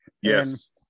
Yes